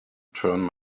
turn